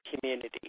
community